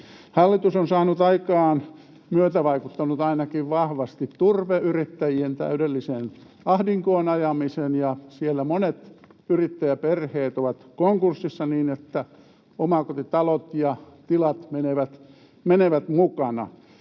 Hallitus on saanut aikaan tai myötävaikuttanut ainakin vahvasti turveyrittäjien täydelliseen ahdinkoon ajamiseen, ja siellä monet yrittäjäperheet ovat konkurssissa, niin että omakotitalot ja tilat menevät mukana.